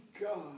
God